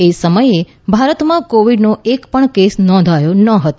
એ સમયે ભારતમાં કોવિડનો એક પણ કેસ નોંધાયો નહોતો